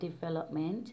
development